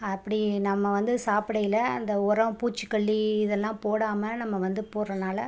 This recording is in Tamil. அப்படி நம்ம வந்து சாப்பிடையில அந்த உரோம் பூச்சுக்கொல்லி இதெல்லாம் போடாமல் நம்ம வந்து போடுறனால